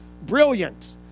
brilliant